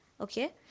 okay